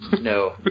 No